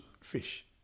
fish